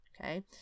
okay